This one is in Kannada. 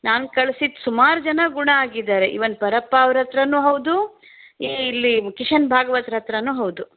ನಾನು ಕಳಿಸಿದ ಸುಮಾರು ಜನ ಗುಣ ಆಗಿದ್ದಾರೆ ಈವನ್ ಪರಪ್ಪ ಅವರ ಹತ್ತಿರನೂ ಹೌದು ಈ ಇಲ್ಲಿ ಕಿಶನ್ ಭಾಗ್ವತ್ರ ಹತ್ರನು ಹೌದು